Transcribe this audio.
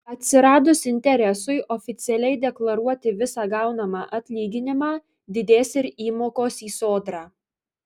atsiradus interesui oficialiai deklaruoti visą gaunamą atlyginimą didės ir įmokos į sodrą